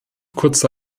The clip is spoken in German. kurze